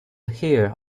here